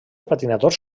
patinadors